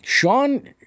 Sean